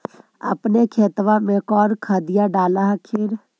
अपने खेतबा मे कौन खदिया डाल हखिन?